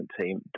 team